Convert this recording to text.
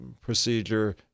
procedure